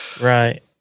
Right